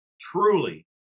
truly